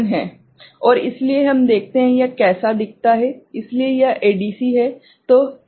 और इसलिए हम देखते हैं यह कैसा दिखता है इसलिए यह एडीसी है